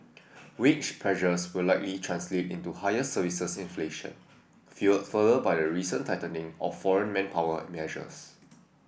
wage pressures will likely translate into higher services inflation fuelled further by the recent tightening of foreign manpower measures